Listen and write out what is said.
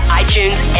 iTunes